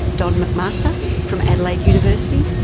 don mcmaster from adelaide university,